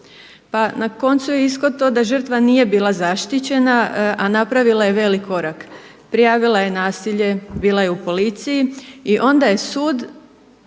Pa na koncu je ishod to da žrtva nije bila zaštićena, a napravila je velik korak. Prijavila je nasilje, bila je u policiji i onda je sud